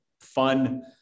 fun